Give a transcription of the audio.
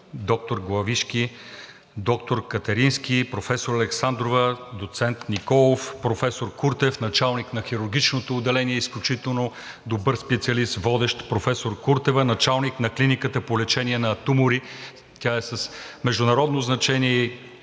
доктор Главишки, доктор Катерински, професор Александрова, доцент Николов, професор Куртев – началник на хирургичното отделение, изключително добър специалист, водещ, професор Куртева – началник на Клиниката по лечение на тумори, тя е с международно значение и